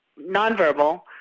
nonverbal